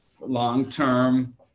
long-term